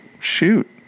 shoot